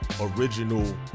original